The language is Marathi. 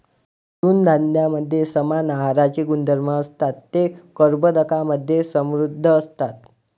तृणधान्यांमध्ये समान आहाराचे गुणधर्म असतात, ते कर्बोदकांमधे समृद्ध असतात